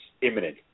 imminent